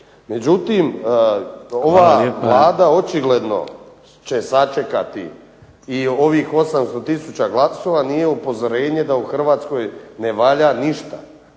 Međutim, ova Vlada očigledno će sačekati i ovih 800000 glasova nije upozorenje da u Hrvatskoj ne valja ništa.